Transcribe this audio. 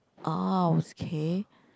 orh okay